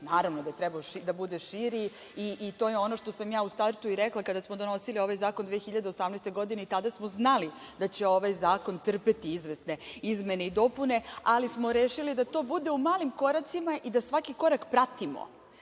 naravno da je trebao da bude širi i to je ono što sam u startu i rekla kada smo donosili ovaj zakon 2018. godine. I tada smo znali da će ovaj zakon trpeti izvesne izmene i dopune, ali smo rešili da to bude u malim koracima i da svaki korak pratimo.